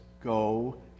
go